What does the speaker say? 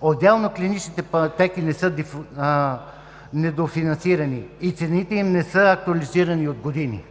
Отделно клиничните пътеки – те са недофинансирани и цените им не са актуализирани от години.